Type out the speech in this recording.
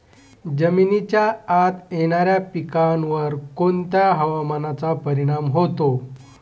जमिनीच्या आत येणाऱ्या पिकांवर कोणत्या हवामानाचा परिणाम होतो?